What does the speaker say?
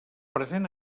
present